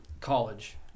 college